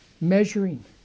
measuring